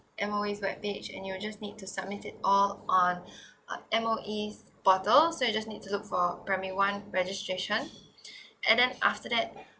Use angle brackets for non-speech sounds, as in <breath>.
M_O_E webpage and you'll just need to submit it all on uh <breath> M_O_E portal so you just need to look for primary one registration and then after that